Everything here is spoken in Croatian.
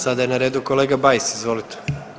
Sada je na redu kolega Bajs, izvolite.